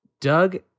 Doug